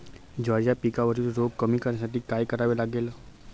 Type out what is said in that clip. ज्वारीच्या पिकावरील रोग कमी करण्यासाठी काय करावे लागेल?